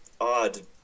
odd